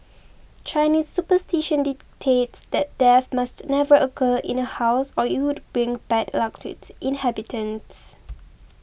Chinese superstition dictates that death must never occur in a house or it would bring bad luck to its inhabitants